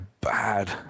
bad